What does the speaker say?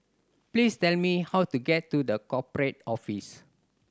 please tell me how to get to The Corporate Office